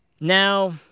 Now